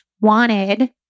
wanted